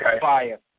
fire